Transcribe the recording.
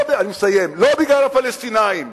לא בגלל הפלסטינים.